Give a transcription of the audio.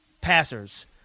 passers